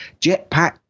Jetpack